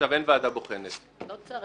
עכשיו אין ועדה בוחנת -- לא צריך.